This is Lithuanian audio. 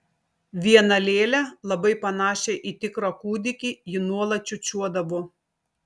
vieną lėlę labai panašią į tikrą kūdikį ji nuolat čiūčiuodavo